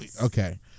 okay